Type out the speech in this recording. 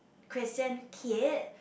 Christian kid